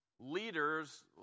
Leaders